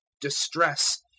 distress